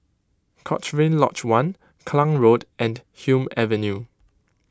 Cochrane Lodge one Klang Road and Hume Avenue